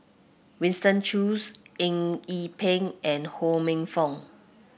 Winston Choos Eng Yee Peng and Ho Minfong